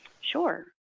Sure